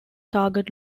target